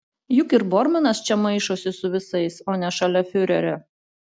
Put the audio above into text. juk ir bormanas čia maišosi su visais o ne šalia fiurerio